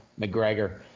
McGregor